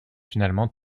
finalement